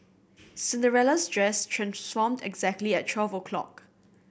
Cinderella's dress transformed exactly at twelve o' clock